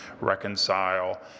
reconcile